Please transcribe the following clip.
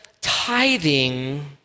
tithing